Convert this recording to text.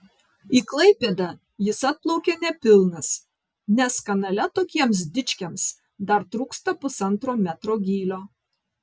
į klaipėdą jis atplaukė nepilnas nes kanale tokiems dičkiams dar trūksta pusantro metro gylio